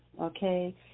okay